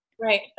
Right